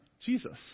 Jesus